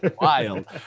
Wild